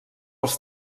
els